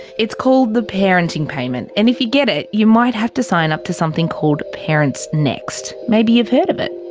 it's called the parenting payment, and if you get it, you might have to sign up to something called parents next. maybe you've heard of it?